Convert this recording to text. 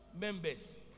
members